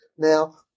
Now